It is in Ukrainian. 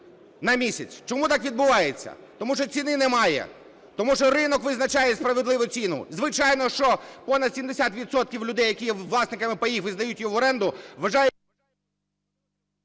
на місяць. Чому так відбувається? Тому що ціни немає, тому що ринок визначає справедливу ціну. Звичайно, що понад 70 відсотків людей, які є власниками паїв і здають її в оренду, вважають...